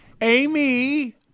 Amy